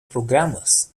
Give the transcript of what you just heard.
programmers